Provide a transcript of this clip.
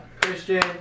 Christian